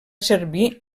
servir